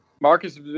Marcus